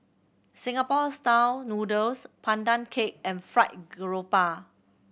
Singapore Style Noodles Pandan Cake and fried grouper